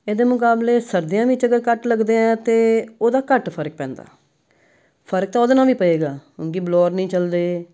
ਇਹਦੇ ਮੁਕਾਬਲੇ ਸਰਦੀਆਂ ਵਿੱਚ ਅਗਰ ਕੱਟ ਲੱਗਦੇ ਹੈ ਤਾਂ ਉਹਦਾ ਘੱਟ ਫਰਕ ਪੈਂਦਾ ਫਰਕ ਤਾਂ ਉਹਦੇ ਨਾਲ ਵੀ ਪਵੇਗਾ ਕਿਉਂਕਿ ਬਲੋਰ ਨਹੀਂ ਚੱਲਦੇ